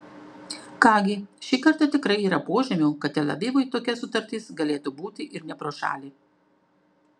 ką gi šį kartą tikrai yra požymių kad tel avivui tokia sutartis galėtų būti ir ne pro šalį